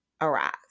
Arise